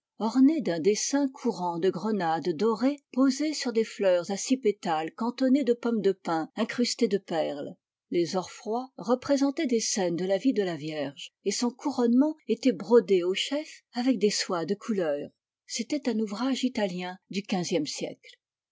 ornée d'un dessin courant de grenades dorées posées sur des fleurs à six pétales cantonnées de pommes de pin incrustées de perles les orfrois représentaient des scènes de la vie de la vierge et son couronnement était brodé au chef avec des soies de couleur c'était un ouvrage italien du xv e siècle